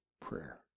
prayer